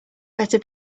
better